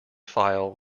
file